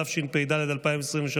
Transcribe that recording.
התשפ"ד 2023,